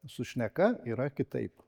su šneka yra kitaip